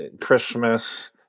Christmas